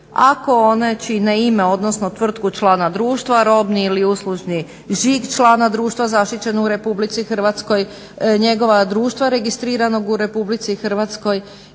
ako one čine ime, odnosno tvrtku člana društva, robni ili uslužni žig člana društva zaštićen u Republici Hrvatskoj, njegova društva registriranog u Republici Hrvatskoj